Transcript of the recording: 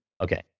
okay